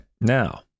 Now